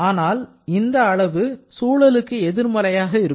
ஆனால் இந்த அளவு சூழலுக்கு எதிர்மறையாக இருக்கும்